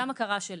גם הכרה שלי,